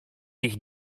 niech